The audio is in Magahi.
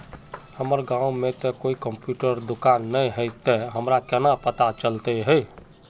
हमर गाँव में ते कोई कंप्यूटर दुकान ने है ते हमरा केना पता चलते है?